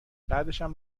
بعدشم